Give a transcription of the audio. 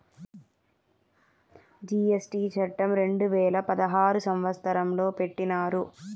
GST చట్టం రెండు వేల పదహారు సంవత్సరంలో పెట్టినారు